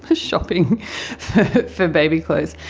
ah shopping for baby clothes,